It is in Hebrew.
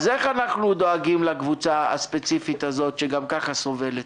איך אנחנו דואגים לקבוצה הספציפית הזאת שגם כך סובלת?